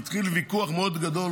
כי התחיל ויכוח מאוד גדול